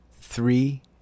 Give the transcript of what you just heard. three